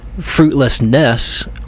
fruitlessness